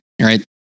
right